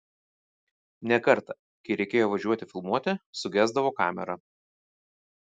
ne kartą kai reikėjo važiuoti filmuoti sugesdavo kamera